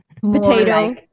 potato